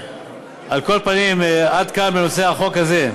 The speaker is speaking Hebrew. על כל פנים, עד כאן בנושא החוק הזה,